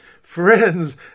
Friends